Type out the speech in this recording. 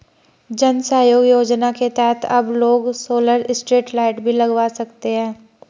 जन सहयोग योजना के तहत अब लोग सोलर स्ट्रीट लाइट भी लगवा सकते हैं